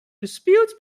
disputes